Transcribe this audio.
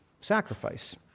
Sacrifice